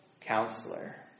counselor